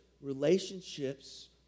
relationships